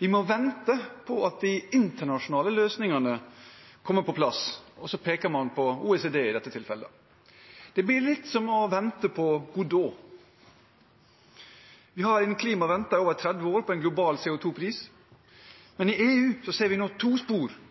Vi må vente på at de internasjonale løsningene kommer på plass, og så peker man på OECD i dette tilfellet. Det blir litt som å vente på Godot. Vi har innen klima ventet i over 30 år på en global CO 2 -pris, men i EU ser vi nå to spor –